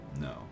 No